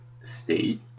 state